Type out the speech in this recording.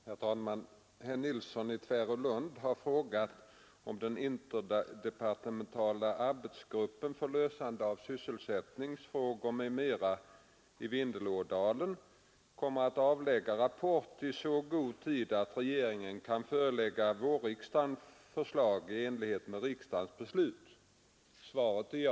Herr talman! Herr Nilsson i Tvärålund har frågat om den interdepartementala arbetsgruppen för lösande av sysselsättningsfrågor m.m. i Vindelådalen kommer att avlämna rapport i så god tid att regeringen kan förelägga vårriksdagen förslag i enlighet med riksdagens beslut. Svaret är ja.